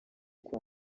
kwa